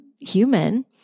human